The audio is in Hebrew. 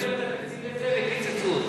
אנחנו הבאנו את התקציב לזה וקיצצו אותו.